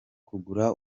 kugura